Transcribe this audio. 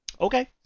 Okay